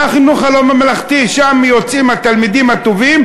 מהחינוך הלא-ממלכתי יוצאים התלמידים הטובים,